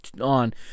on